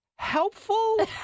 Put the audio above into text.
Helpful